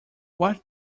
what